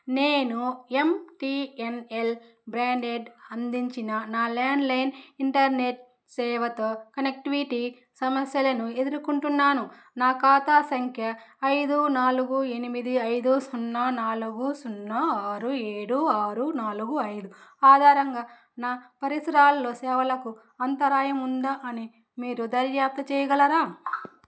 నేను MTNL broadband అందించిన నా ల్యాండ్లైన్ ఇంటర్నెట్ సేవతో కనెక్టివిటీ సమస్యలను ఎదురుకుంటున్నాను నా ఖాతా సంఖ్య ఐదు నాలుగు ఎనిమిది ఐదు సున్నా నాలగు సున్నా ఆరు ఏడు ఆరు నాలుగు ఐదు ఆధారంగా నా పరిసరాల్లో సేవలకు అంతరాయం ఉందా అని మీరు దర్యాప్తు చేయగలరా